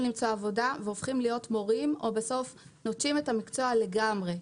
למצוא עבודה והופכים להיות מורים או בסוף נוטשים את המקצוע לגמרי.